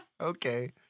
Okay